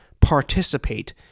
participate